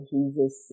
Jesus